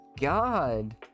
god